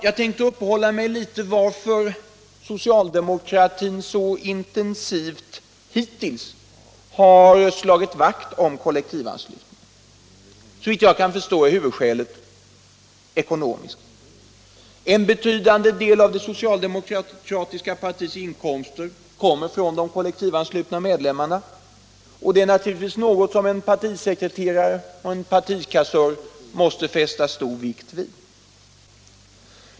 Jag tänker uppehålla mig litet vid orsakerna till att socialdemokratin så intensivt hittills slagit vakt om kollektivanslutningen. Såvitt jag kan förstå är huvudskälet ekonomiskt. En betydande del av det socialdemokratiska partiets inkomster kommer från de kollektivanslutna medlemmarna, någonting som en partisekreterare och partikassör naturligtvis måste fästa stor vikt vid.